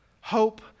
hope